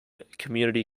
community